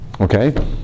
Okay